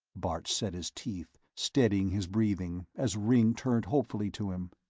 bart set his teeth, steadying his breathing, as ringg turned hopefully to him.